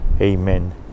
amen